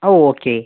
ഓ okay